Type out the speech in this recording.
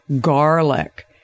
Garlic